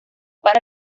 para